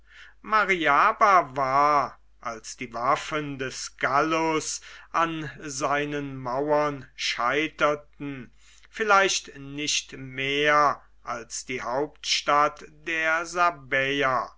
mariaba war als die waffen des gallus an seinen mauern scheiterten vielleicht nicht mehr als die hauptstadt der